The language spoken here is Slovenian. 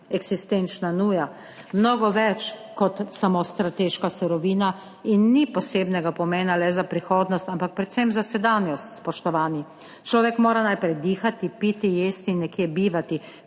eksistenčna nuja. Mnogo več kot samo strateška surovina in ni posebnega pomena le za prihodnost, ampak predvsem za sedanjost, spoštovani! Človek mora najprej dihati, piti, jesti in nekje bivati,